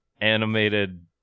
animated